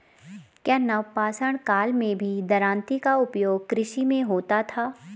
क्या नवपाषाण काल में भी दरांती का उपयोग कृषि में होता था?